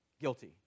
guilty